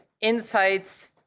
insights